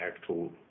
actual